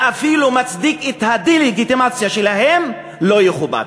ואפילו מצדיק את הדה-לגיטימציה שלהם, לא יכובד.